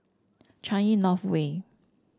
Changi North Way